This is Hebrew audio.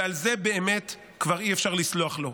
ועל זה באמת כבר אי-אפשר לסלוח לו.